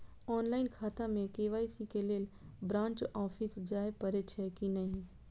Online खाता में KYC के लेल ब्रांच ऑफिस जाय परेछै कि नहिं?